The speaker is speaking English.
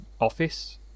office